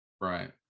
right